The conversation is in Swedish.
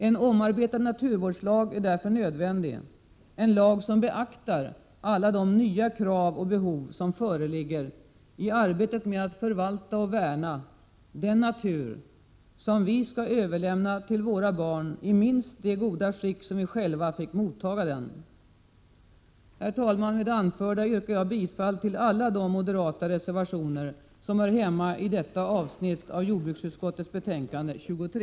En omarbetad naturvårdslag är därför nödvändig, en lag som beaktar alla de nya krav och behov som föreligger i arbetet med att förvalta och värna den natur som vi skall överlämna till våra barn i minst det goda skick som vi själva fick mottaga den. Herr talman! Med det anförda yrkar jag bifall till alla de moderata reservationer som hör hemma i detta avsnitt av jordbruksutskottets betänkande 23.